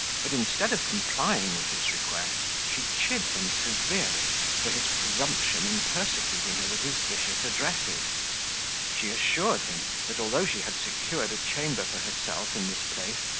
but, instead of complying with his request, she chid him severely for his presumption in persecuting her with his vicious addresses she assured him, that although she had secured a chamber for herself in this place,